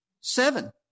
seven